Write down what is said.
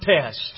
test